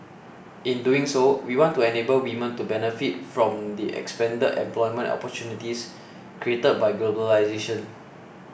in doing so we want to enable women to benefit from the expanded employment opportunities created by globalisation